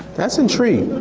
that's intrigue.